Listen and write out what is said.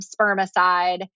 spermicide